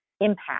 impact